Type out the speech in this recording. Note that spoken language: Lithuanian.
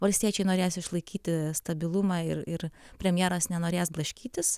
valstiečiai norės išlaikyti stabilumą ir ir premjeras nenorės blaškytis